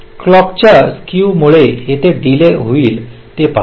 clock च्या skew मुळे येथे डीले होईल हे पहा